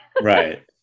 Right